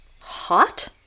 hot